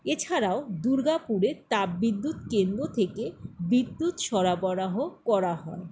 এছাড়াও দুর্গাপুরের তাপ বিদ্যুৎ কেন্দ্র থেকে বিদ্যুৎ সরবরাহ করা হয়